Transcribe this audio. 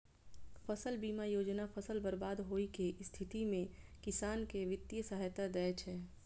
फसल बीमा योजना फसल बर्बाद होइ के स्थिति मे किसान कें वित्तीय सहायता दै छै